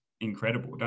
incredible